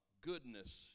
goodness